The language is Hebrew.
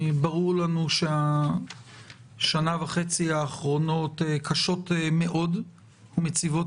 ברור לנו שהשנה וחצי האחרונות קשות מאוד ומציבות